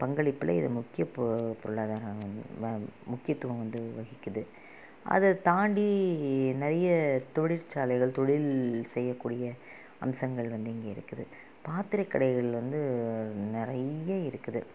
பங்களிப்பில் இது முக்கிய பொ பொருளாதாரமாக முக்கியத்துவம் வந்து வகிக்கிறது அதைத் தாண்டி நிறைய தொழிற்சாலைகள் தொழில் செய்யக்கூடிய அம்சங்கள் வந்து இங்கே இருக்குது பாத்திரக் கடைகள் வந்து நிறைய இருக்குது